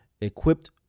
Equipped